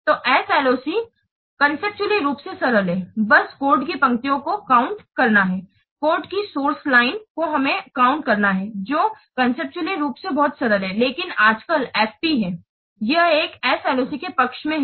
तो SLOC conceptually रूप से सरल है बस कोड की पंक्तियों को काउंट करना है कोड की सोर्स लाइन्स को हमें काउंट करना है जो कन्सेप्तुअल्ली रूप से बहुत सरल है लेकिन आजकल FP है यह एक SLOC के पक्ष में है